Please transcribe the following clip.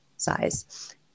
size